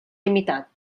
limitat